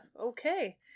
Okay